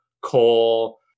coal